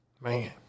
Man